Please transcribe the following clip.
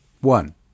One